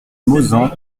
mauzan